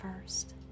first